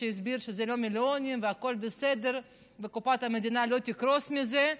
שהסביר שזה לא מיליונים והכול בסדר וקופת המדינה לא תקרוס מזה,